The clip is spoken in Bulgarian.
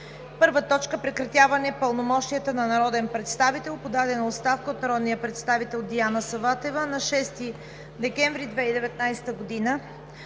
2019 г.: „1. Прекратяване пълномощията на народен представител. Подадена оставка от народния представител Диана Саватева на 6 декември 2019 г.